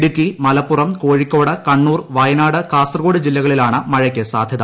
ഇടുക്കി മലപ്പുറം കോഴിക്കോട് കണ്ണൂർ വയനാട് കാസർഗോഡ് ജില്ലകളിലാണ് മഴക്ക് സാധ്യത